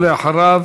ואחריו,